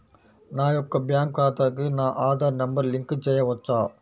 నా యొక్క బ్యాంక్ ఖాతాకి నా ఆధార్ నంబర్ లింక్ చేయవచ్చా?